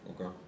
Okay